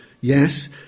yes